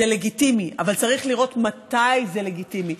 זה לגיטימי, אבל צריך לראות מתי זה לגיטימי.